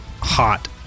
hot